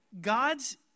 God's